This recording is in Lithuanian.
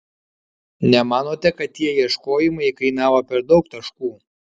nemanote kad tie ieškojimai kainavo per daug taškų